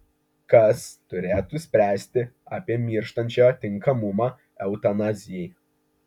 kas turėtų spręsti apie mirštančiojo tinkamumą eutanazijai